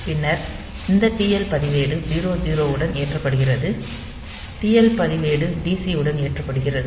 பின்னர் இந்த TL பதிவேடு 00 உடன் ஏற்றப்படுகிறது TH பதிவேடு DC உடன் ஏற்றப்படுகிறது